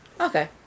Okay